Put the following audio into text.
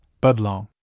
Budlong